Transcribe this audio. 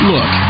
Look